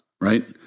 right